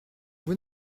vous